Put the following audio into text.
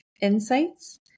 insights